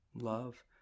love